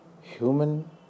human